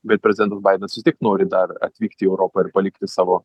bet prezidentas baidenas vis tiek nori dar atvykti į europą ir palikti savo